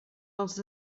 els